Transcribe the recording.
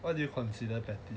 what do you consider petty